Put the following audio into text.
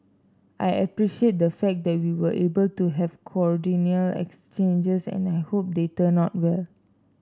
I appreciate the fact that we were able to have cordial exchanges and I hope they turn out well